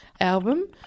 album